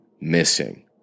missing